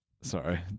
Sorry